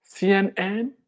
CNN